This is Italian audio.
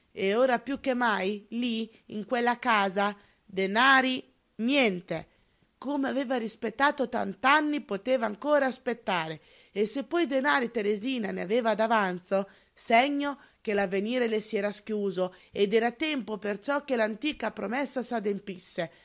e ora piú che mai lí in quella casa denari niente come aveva aspettato tant'anni poteva ancora aspettare che se poi denari teresina ne aveva d'avanzo segno che l'avvenire le si era schiuso ed era tempo perciò che l'antica promessa s'adempisse